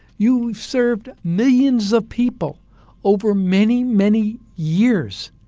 you've served millions of people over many, many years.